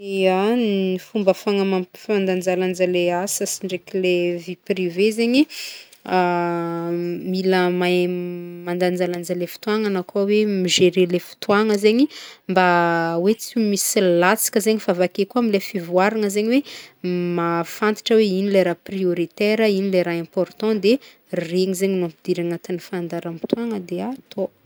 Ya, ny fomba ahafahana ampifandanjalanja le asa sy ndraiky le vie privée zegny, mila mahe m- mandanjalanja le fotoagna na koa hoe migerer le fotoagna zegny mba hoe tsy misy latsaka zegny fa avake koa amle fivoaragna zegny hoe m- mahafantatra zegny hoe ino le raha prioritaire, hoe ino le raha important de regny zegny gno ampidirigny agnaty fandaharam-potoagna de atô.